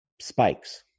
spikes